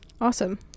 Awesome